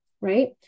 right